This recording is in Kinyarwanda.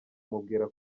mubwira